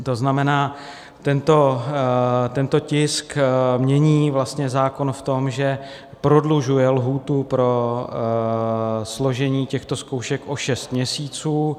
To znamená, tento tisk mění vlastně zákon v tom, že prodlužuje lhůtu pro složení těchto zkoušek o šest měsíců.